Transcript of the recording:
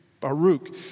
Baruch